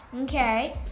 Okay